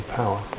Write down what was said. power